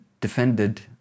defended